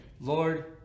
Lord